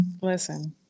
Listen